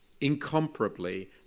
incomparably